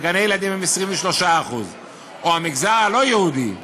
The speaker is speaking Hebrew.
ובגני-ילדים היא 23%. או המגזר הלא-יהודי,